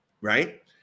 right